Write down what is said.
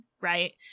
Right